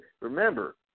remember